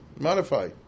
modify